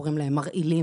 קוראים להם מרעילים,